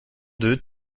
deux